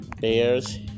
Bears